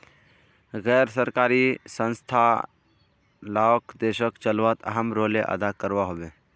गैर सरकारी संस्थान लाओक देशोक चलवात अहम् रोले अदा करवा होबे